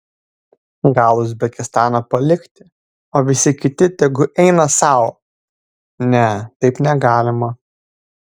gal uzbekistaną palikti o visi kiti tegu eina sau ne taip negalima